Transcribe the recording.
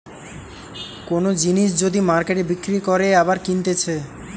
কোন জিনিস যদি মার্কেটে বিক্রি করে আবার কিনতেছে